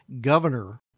governor